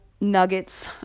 nuggets